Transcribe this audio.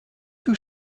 two